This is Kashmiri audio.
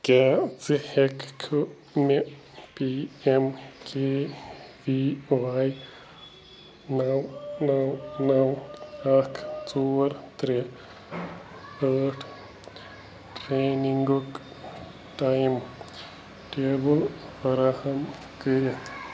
کیٛاہ ژٕ ہٮ۪ککھٕ مےٚ P M K V Y نو نو نو اکھ ژور ترٛےٚ ٲٹھ ٹرٛینِنٛگُک ٹایم ٹیبٕل فراہم کٔرِتھ